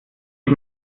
ich